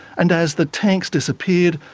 and as the tanks disappeared,